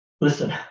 listen